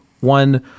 one